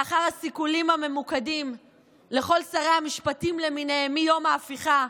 לאחר הסיכולים הממוקדים לכל שרי המשפטים למיניהם מיום ההפיכה,